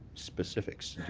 specifics,